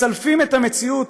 מסלפים את המציאות,